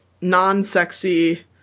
non-sexy